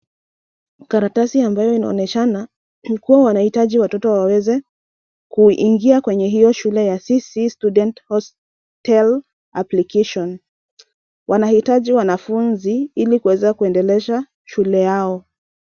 Karatasi ambayo inaonyeshana kukuwa wanahitaji watoto waweze kuingia kwenye hiyo shule ya CC STUDENT HOSTEL APPLICATION. Wanahitaji wanafunzi ili kuweza kuendelesha shule yao.